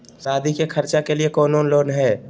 सादी के खर्चा के लिए कौनो लोन है?